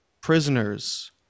prisoners